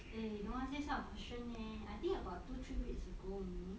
eh don't ask this kind of question leh I think about two three weeks ago only